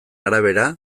arabera